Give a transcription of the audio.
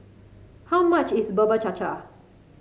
how much is Bubur Cha Cha